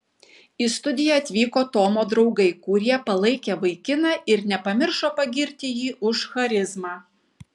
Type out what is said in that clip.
į studiją atvyko tomo draugai kurie palaikė vaikiną ir nepamiršo pagirti jį už charizmą